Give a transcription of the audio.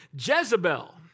Jezebel